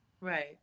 Right